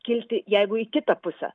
kilti jeigu į kitą pusę